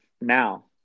now